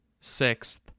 sixth